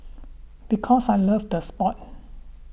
because I loved the sport